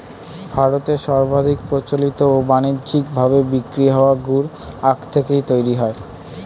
ভারতে সর্বাধিক প্রচলিত ও বানিজ্যিক ভাবে বিক্রি হওয়া গুড় আখ থেকেই তৈরি হয়